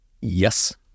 Yes